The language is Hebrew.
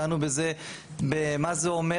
דנו בזה במה זה אומר,